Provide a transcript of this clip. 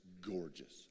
gorgeous